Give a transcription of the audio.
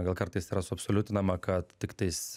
gal kartais yra suabsoliutinama kad tiktais